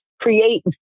create